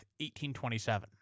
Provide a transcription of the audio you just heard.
1827